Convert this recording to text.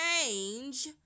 change